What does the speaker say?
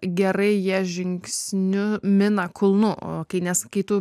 gerai jie žingsniu mina kulnu o kai nes kai tu